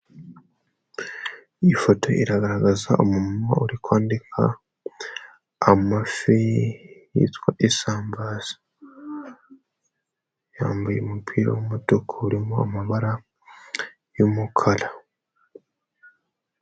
Iyi foto iragaragaza umumama uri kwanika amafi yitwa isambaza, yambaye umupira w'umutuku urimo amabara y'umukara.